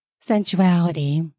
sensuality